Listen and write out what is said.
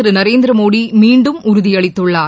திருநரேந்திரமோடிமீண்டும் உறுதியளித்துள்ளார்